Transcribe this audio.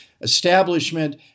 establishment